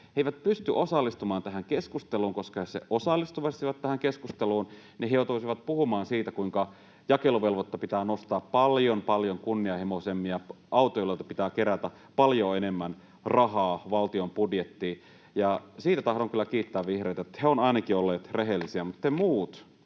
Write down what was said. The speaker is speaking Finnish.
He eivät pysty osallistumaan tähän keskusteluun, koska jos he osallistuisivat tähän keskusteluun, niin he joutuisivat puhumaan siitä, kuinka jakeluvelvoitetta pitää nostaa paljon, paljon kunnianhimoisemmin ja autoilijoilta pitää kerätä paljon enemmän rahaa valtion budjettiin. Ja siitä tahdon kyllä kiittää vihreitä, että he ovat ainakin olleet rehellisiä. Mutta te muut